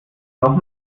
noch